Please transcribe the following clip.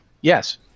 Yes